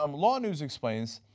um law news explains,